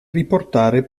riportare